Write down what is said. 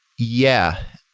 yeah,